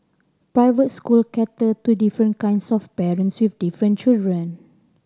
private school cater to different kinds of parents with different children